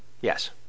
Yes